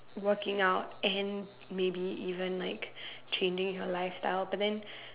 working out and maybe even like changing your lifestyle but then